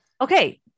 Okay